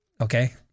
okay